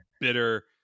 bitter